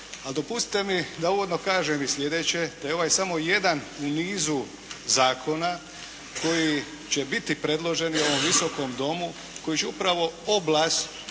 dopustite mi da uvodno kažem i sljedeće, da je ovo samo jedan u nizu zakona koji će biti predložen ovom Visokom domu, koji će upravo oblast